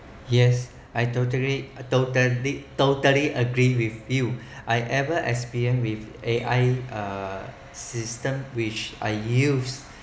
yes I totally I totally totally agree with you I've ever experienced with A_I uh system which are I used